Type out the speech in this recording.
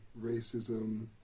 racism